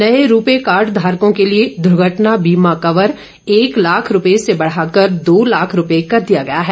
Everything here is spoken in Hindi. नये ुरू पे कार्ड धारकों के लिए द्र्घटना बीमा कवर एक लाख रुपये से बढ़ाकर दो लाख रुपये कर दिया गया है